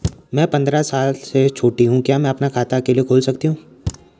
मैं पंद्रह साल से छोटी हूँ क्या मैं अपना खाता अकेला खोल सकती हूँ?